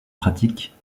pratique